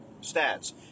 stats